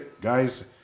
guys